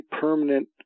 permanent